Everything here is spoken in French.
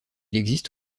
existe